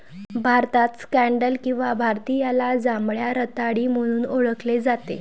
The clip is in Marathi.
भारतात स्कँडल किंवा भारतीयाला जांभळ्या रताळी म्हणून ओळखले जाते